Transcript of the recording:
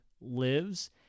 lives